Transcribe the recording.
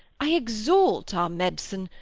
i exalt our med'cine,